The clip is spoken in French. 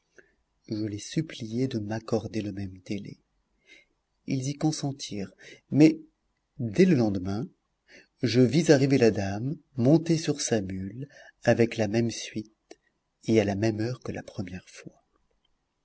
je les suppliai de m'accorder le même délai ils y consentirent mais dès le lendemain je vis arriver la dame montée sur sa mule avec la même suite et à la même heure que la première fois